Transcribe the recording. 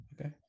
okay